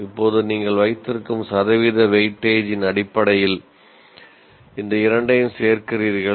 இப்போது நீங்கள் வைத்திருக்கும் சதவீத வெயிட்டேஜின் அடிப்படையில் இந்த இரண்டையும் சேர்க்கிறீர்கள்